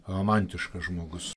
romantiškas žmogus